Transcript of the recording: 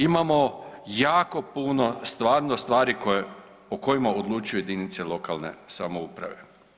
Imamo jako puno stvarno stvari o kojima odlučuju jedinice lokalne samouprave.